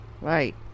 Right